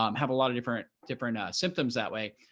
um have a lot of different different symptoms that way.